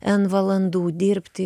en valandų dirbti